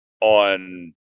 on